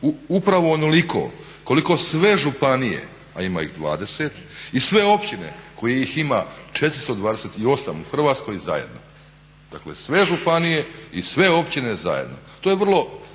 upravo onoliko koliko sve županije a ima ih 20 i sve općine koje ih ima 428 u Hrvatskoj zajedno. Dakle sve županije i sve općine zajedno. To je vrlo